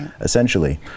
essentially